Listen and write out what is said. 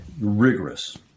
rigorous